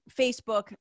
Facebook